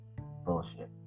bullshit